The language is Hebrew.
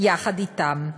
יחד אתם.